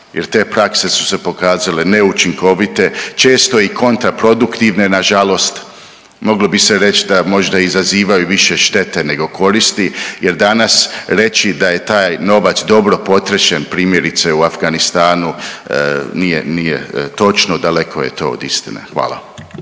jer te prakse su se pokazale neučinkovite, često i kontraproduktivne. Nažalost moglo bi se reći da možda izazivaju više štete nego koristi jer dana reći da je taj novac dobro potrošen primjerice u Afganistanu nije točno, daleko je to od istine. Hvala.